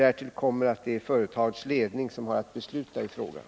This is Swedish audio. Därtill kommer att det är företagets ledning som har att besluta i frågan.